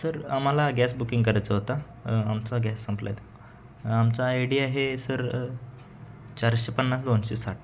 sir आम्हाला gas booking करायचा होता आमचा गॅस संपला आहे तर आमचा आयडी आहे सर चारशे पन्नास दोनशे साठ